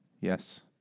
Yes